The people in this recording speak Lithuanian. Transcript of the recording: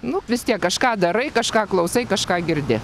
nu vis tiek kažką darai kažką klausai kažką girdi